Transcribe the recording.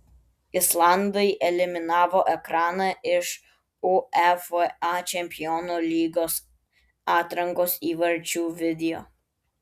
islandai eliminavo ekraną iš uefa čempionų lygos atrankos įvarčių video